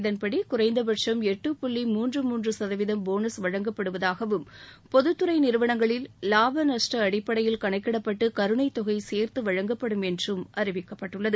இதன்படி குறைந்தபட்சும் எட்டு புள்ளி மூன்று மூன்று சதவீதம் போனஸ் வழங்கப்படுவதாகவும் பொதுத்துறை நிறுவனங்களில் லாப நஷ்ட அடிப்படையில் கணக்கிடப்பட்டு கருணைத் தொகை சேர்த்து வழங்கப்படும் என்று அறிவித்துள்ளது